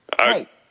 Right